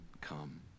come